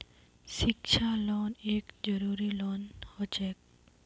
शिक्षा लोन एक जरूरी लोन हछेक